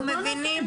אנחנו לא נעשה את זה.